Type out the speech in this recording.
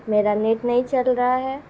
میرا نیٹ نہیں چل رہا ہے